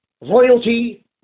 royalty